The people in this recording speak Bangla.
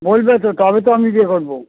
বলবে তো তবে তো আমি ইয়ে করবো